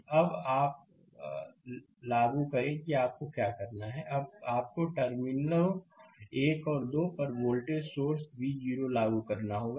अब अब लागू करें कि आपको क्या करना है अब आपको टर्मिनलों 1 और 2 परवोल्टेज सोर्स V0 लागू करना होगा